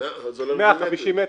זה הולך לפני מטר.